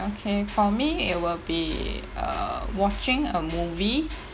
okay for me it will be err watching a movie